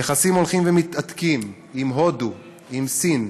יחסים הולכים ומתהדקים עם הודו, עם סין,